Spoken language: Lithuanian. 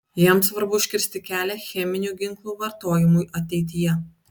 jam svarbu užkirsti kelią cheminių ginklų vartojimui ateityje